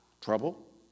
Trouble